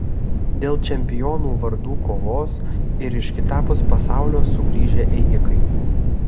dėl čempionų vardų kovos ir iš kitapus pasaulio sugrįžę ėjikai